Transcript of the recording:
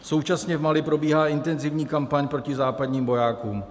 Současně v Mali probíhá intenzivní kampaň proti západním vojákům.